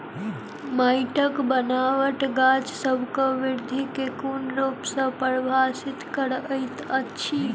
माइटक बनाबट गाछसबक बिरधि केँ कोन रूप सँ परभाबित करइत अछि?